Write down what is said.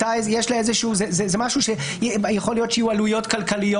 יכול להיות שיהיו עלויות כלכליות.